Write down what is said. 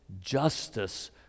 justice